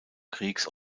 kriegs